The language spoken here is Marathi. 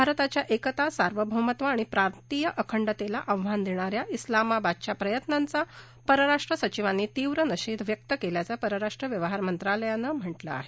भारताच्या एकता सार्वभौमत्व आणि प्रांतीय अखंडतेला आव्हान देणा या उेलामाबादच्या प्रयत्नांचा परराष्ट्र सचिवांनी तीव्र निषेध व्यक्त केल्याचं परराष्ट्र व्यवहार मंत्रालयानं म्हटलं आहे